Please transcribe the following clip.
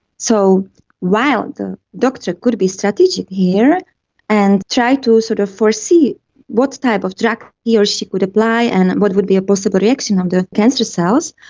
so while the doctor could be strategic here and try to sort of foresee what type of drug he or she could apply and what would be a possible reaction on um the cancer cells,